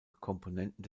komponenten